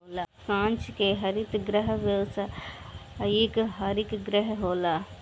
कांच के हरित गृह व्यावसायिक हरित गृह होला